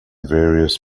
various